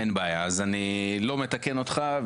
אין בעיה, אז אני לא מתקן אותך.